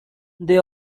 they